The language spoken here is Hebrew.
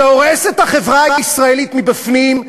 שהורס את החברה הישראלית מבפנים,